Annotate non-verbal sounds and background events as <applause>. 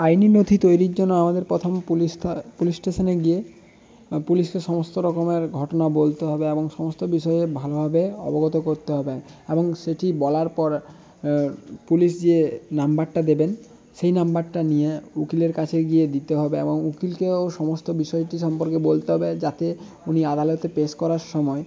আইনি নথি তৈরির জন্য আমাদের প্রথম পুলিশ <unintelligible> পুলিশ স্টেশনে গিয়ে পুলিশকে সমস্ত রকমের ঘটনা বলতে হবে এবং সমস্ত বিষয়ে ভালোভাবে অবগত করতে হবে এবং সেটি বলার পর পুলিশ যে নাম্বারটা দেবেন সেই নাম্বারটা নিয়ে উকিলের কাছে গিয়ে দিতে হবে এবং উকিলকেও সমস্ত বিষয়টি সম্পর্কে বলতে হবে যাতে উনি আদালতে পেশ করার সময়